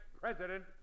president